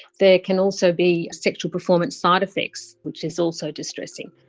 there can also be sexual performance side-effects, which is also distressing.